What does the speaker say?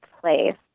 place